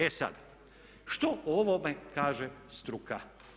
E sada, što o ovome kaže struka?